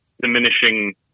diminishing